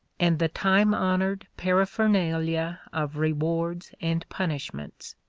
and the time-honored paraphernalia of rewards and punishments.